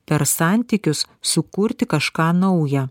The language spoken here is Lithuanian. per santykius sukurti kažką nauja